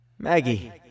Maggie